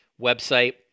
website